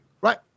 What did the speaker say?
Right